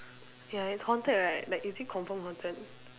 ya it's haunted right like is it confirm haunted